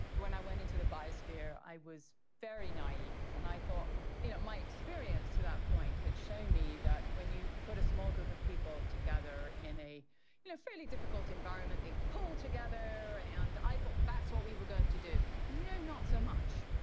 when i went into the biosphere, i was very naive. and i thought my experience to that point had shown me that when you put a small group of people together, in a you know fairly difficult environment, they pull together, and i thought that's what we were going to do. no, not so much.